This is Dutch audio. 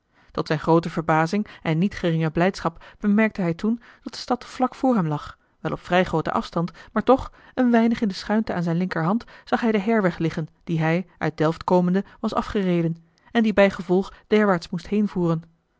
tot zijne groote verbazing en niet geringe blijdschap bemerkte hij toen dat de stad vlak voor hem lag wel op vrij grooten afstand maar toch een weinig in de schuinte aan zijne linkerhand zag hij den heirweg liggen die hij uit delft komende was afgereden en die bijgevolg derwaarts moest heenvoeren